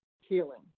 healing